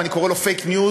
אני קורא לו fake news.